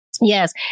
Yes